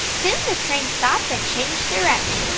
soon the train stopped and changed direction.